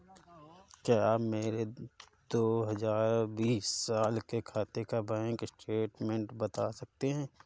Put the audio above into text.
क्या आप मेरे दो हजार बीस साल के खाते का बैंक स्टेटमेंट बता सकते हैं?